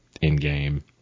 in-game